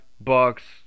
Bucks